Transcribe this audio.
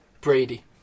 Brady